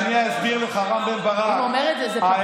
אני אסביר לך, רם בן ברק, אם הוא אומר את זה לחבר